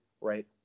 right